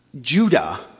Judah